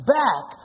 back